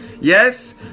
Yes